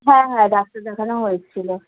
হ্যাঁ হ্যাঁ ডাক্তার দেখানো হয়েছিল